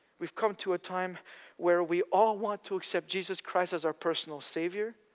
we've come to a time where we all want to accept jesus christ as our personal saviour,